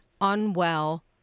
unwell